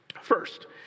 First